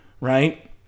right